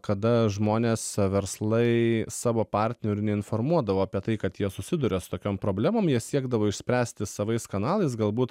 kada žmonės verslai savo partnerių neinformuodavo apie tai kad jie susiduria su tokiom problemom jie siekdavo išspręsti savais kanalais galbūt